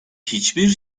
hiçbir